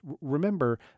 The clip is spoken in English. remember